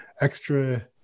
Extra